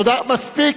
מספיק.